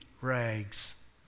rags